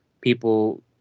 people